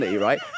right